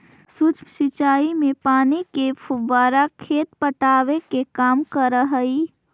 सूक्ष्म सिंचाई में पानी के फव्वारा खेत पटावे के काम करऽ हइ